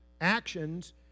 actions